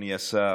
אדוני השר,